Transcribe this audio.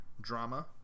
drama